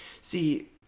See